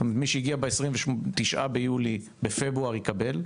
מי שהגיע ב-29 ביולי, בפברואר יקבל.